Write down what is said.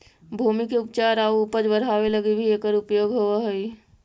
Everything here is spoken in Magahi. भूमि के उपचार आउ उपज बढ़ावे लगी भी एकर उपयोग होवऽ हई